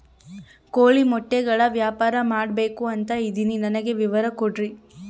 ಕೋಳಿ ಮೊಟ್ಟೆಗಳ ವ್ಯಾಪಾರ ಮಾಡ್ಬೇಕು ಅಂತ ಇದಿನಿ ನನಗೆ ವಿವರ ಕೊಡ್ರಿ?